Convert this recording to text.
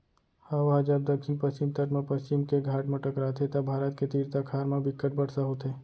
हवा ह जब दक्छिन पस्चिम तट म पस्चिम के घाट म टकराथे त भारत के तीर तखार म बिक्कट बरसा होथे